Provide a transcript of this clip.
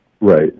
Right